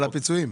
על הפיצויים.